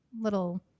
little